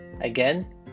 Again